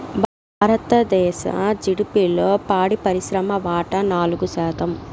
భారతదేశ జిడిపిలో పాడి పరిశ్రమ వాటా నాలుగు శాతం